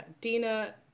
Dina